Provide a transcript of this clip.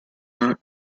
not